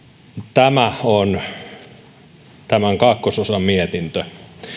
tämä on tämän kakkososan mietintö